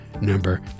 number